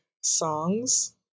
songs